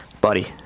buddy